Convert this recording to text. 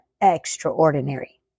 extraordinary